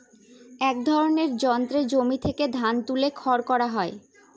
এক ধরনের যন্ত্রে জমি থেকে ধান তুলে খড় হয়